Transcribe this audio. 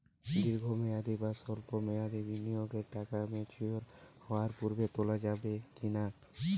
দীর্ঘ মেয়াদি বা সল্প মেয়াদি বিনিয়োগের টাকা ম্যাচিওর হওয়ার পূর্বে তোলা যাবে কি না?